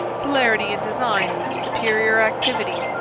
celerity in design, superior activity,